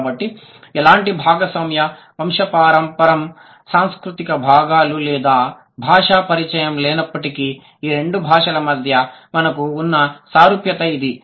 కాబట్టి ఎలాంటి భాగస్వామ్య వంశపారంపరం సాంస్కృతిక భాగాలు లేదా భాషా పరిచయం లేనప్పటికీ ఈ రెండు భాషల మధ్య మనకు ఉన్న సారూప్యత ఇది